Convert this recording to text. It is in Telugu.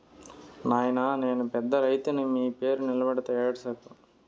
నాయినా నేను పెద్ద రైతుని మీ పేరు నిలబెడతా ఏడ్సకు